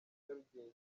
nyarugenge